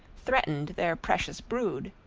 threatened their precious brood.